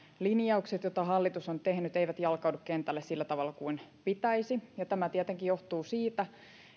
linjaukset joita hallitus on tehnyt eivät jalkaudu kentälle sillä tavalla kuin pitäisi tämä tietenkin johtuu siitä